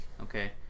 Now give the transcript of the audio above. okay